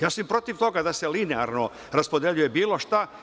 Ja sam protiv toga da se linearno raspodeljuje bilo šta.